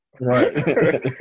right